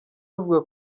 avuga